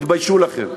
תתביישו לכם.